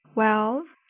well,